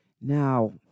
Now